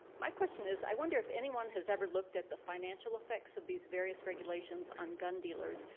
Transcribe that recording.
my question is i wonder if anyone has ever looked at the financial effects of these various regulations on gun dealers,